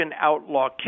Outlaw